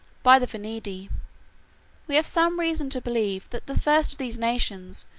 by the venedi we have some reason to believe that the first of these nations,